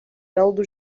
caldo